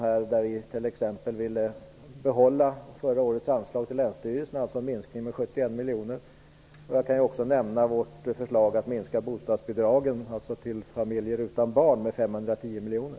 Vi ville där t.ex. behålla förra årets anslag till länsstyrelserna, dvs. en minskning med 71 miljoner. Jag kan också nämna vårt förslag att minska bostadsbidragen till familjer utan barn med 510 miljoner.